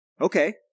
Okay